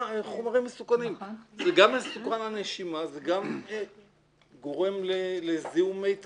גם מסוכן לנשימה, וגם גורם לזיהום מי תהום.